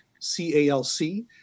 C-A-L-C